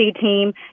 team